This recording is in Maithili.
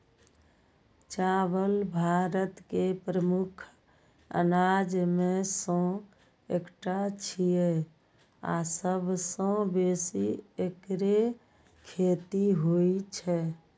चावल भारत के प्रमुख अनाज मे सं एकटा छियै आ सबसं बेसी एकरे खेती होइ छै